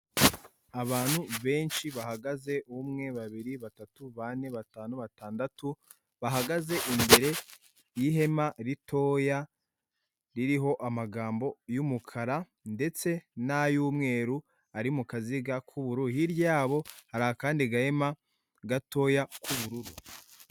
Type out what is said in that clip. Abantu benshi bahagaze, umwe, babiri, batatu bane, batanu, batandatu, bahagaze imbere y'ihema ritoya ririho amagambo y'umukara ndetse n'ay'umweru, ari mu kaziga k'ubururu, hirya yabo hari akandi gahema gatoya k'ubururu.